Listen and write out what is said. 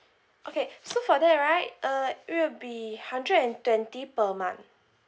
okay so for that right uh it will be hundred and twenty per month